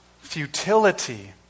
futility